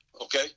Okay